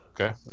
Okay